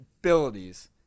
abilities